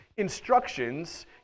instructions